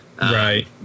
right